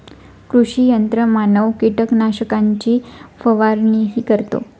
कृषी यंत्रमानव कीटकनाशकांची फवारणीही करतो